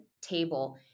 table